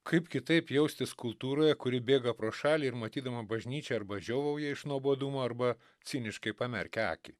kaip kitaip jaustis kultūroje kuri bėga pro šalį matydama bažnyčią arba žiovauja iš nuobodumo arba ciniškai pamerkia akį